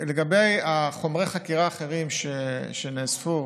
לגבי חומרי החקירה האחרים שנאספו,